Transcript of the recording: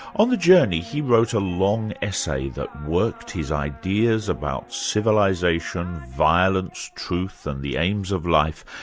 on the journey, he wrote a long essay that worked his ideas about civilisation, violence, truth and the aims of life,